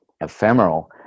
ephemeral